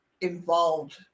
involved